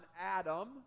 Adam